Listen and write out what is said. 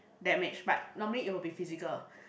damage but normally it will be physical